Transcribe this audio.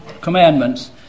commandments